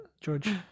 George